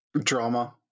Drama